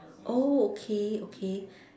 oh okay okay